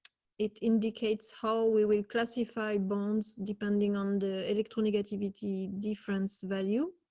it indicates how we will classify bonds, depending on the electronic activity difference value.